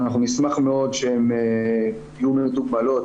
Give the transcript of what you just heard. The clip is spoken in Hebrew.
אנחנו נשמח מאוד שהן יהיו מטופלות